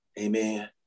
Amen